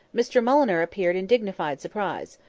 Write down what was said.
mr mulliner appeared in dignified surprise.